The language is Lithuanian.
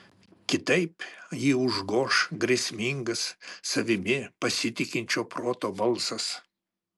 kitaip jį užgoš grėsmingas savimi pasitikinčio proto balsas